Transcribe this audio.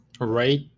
right